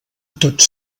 tots